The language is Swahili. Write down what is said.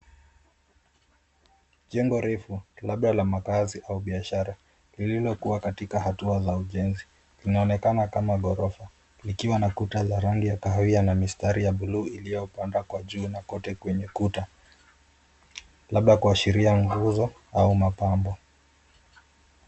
Jengo refu, labda la makazi au biashara, lililokua katika hatua za ujenzi. Linaonekana kama ghorofa, likiwa na kuta za rangi ya kahawia na mistari ya blue iliyopanda kwa juu na kote kwenye kuta, labda kuashiria nguzo au mapambo.